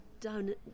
down